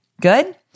Good